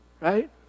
Right